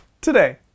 today